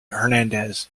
hernandez